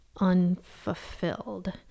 unfulfilled